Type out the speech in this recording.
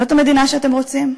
זאת המדינה שאתם רוצים?